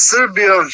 Serbia